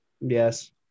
Yes